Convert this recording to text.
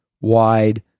wide